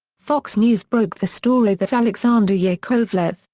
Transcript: fox news broke the story that alexander yakovlev,